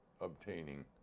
obtaining